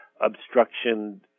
obstruction